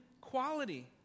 quality